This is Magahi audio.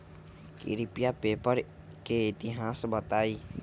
कृपया पेपर के इतिहास बताहीं